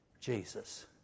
Jesus